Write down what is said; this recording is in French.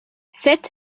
sept